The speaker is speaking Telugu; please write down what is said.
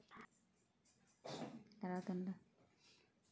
ఖరిఫ్ సీజన్ యెక్క ముఖ్యమైన పంటలు ఏమిటీ?